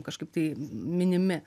kažkaip tai minimi